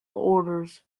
orders